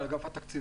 אלא אגף תקציבים.